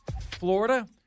Florida